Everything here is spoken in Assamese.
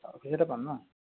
অফিচতে পাম ন